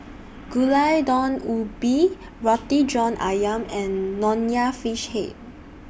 Gulai Daun Ubi Roti John Ayam and Nonya Fish Head